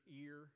ear